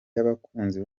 y’abakunzi